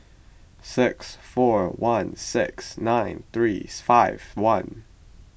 six four one six nine three five one